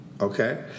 Okay